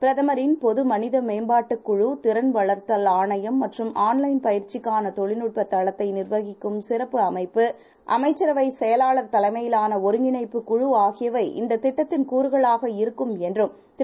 பிரதமரின்பொதுமனிதவளமேம்பாட்டுக்குழு திறன்வளர்த்தல்ஆணையம்மற்றும்ஆன்லைன்பயிற்சிக்கானதொழில்துட்பதளத்தை நிர்வகிக்கும்சிறப்புஅமைப்பு அமைச்சரவைசெயலாளர்தலைமையிலானஒருங்கிணைப்புக்குழுஆகியவைஇந்ததி ட்டத்தின்கூறுகளாகஇருக்கும்என்றும்திரு